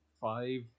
five